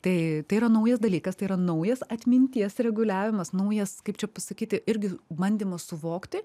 tai tai yra naujas dalykas tai yra naujas atminties reguliavimas naujas kaip čia pasakyti irgi bandymas suvokti